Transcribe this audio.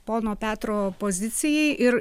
pono petro pozicijai ir